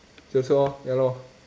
so so orh ya lor